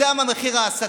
אתה יודע מה מחיר ההסתה.